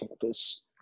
campus